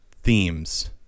themes